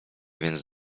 więc